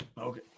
Okay